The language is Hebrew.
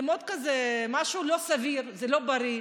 זה משהו לא סביר, זה לא בריא.